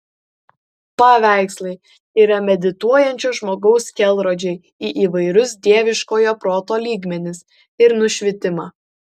paveikslai yra medituojančio žmogaus kelrodžiai į įvairius dieviškojo proto lygmenis ir nušvitimą